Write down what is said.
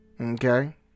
okay